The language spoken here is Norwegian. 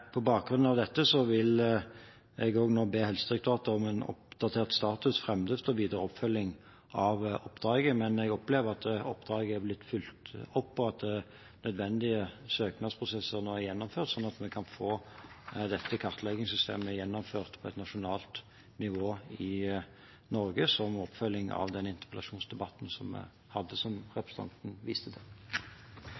På bakgrunn av dette vil jeg nå be Helsedirektoratet om en oppdatert status og framdrift for videre oppfølging av oppdraget, men jeg opplever at oppdraget er blitt fulgt opp, og at nødvendige søknadsprosesser nå er gjennomført, slik at vi kan få kartleggingssystemet gjennomført på et nasjonalt nivå i Norge – som oppfølging av interpellasjonsdebatten som